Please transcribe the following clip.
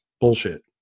Bullshit